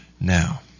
Now